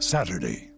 Saturday